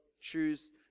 choose